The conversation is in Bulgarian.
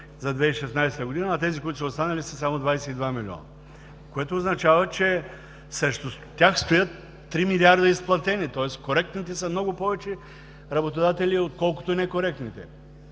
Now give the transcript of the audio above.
за 2016 г., а тези, които са останали, са само 22 милиона. Това означава, че срещу тях стоят 3 милиарда изплатени, тоест коректните работодатели са много повече отколкото некоректните.